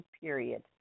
period